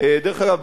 דרך אגב,